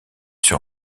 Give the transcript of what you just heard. sur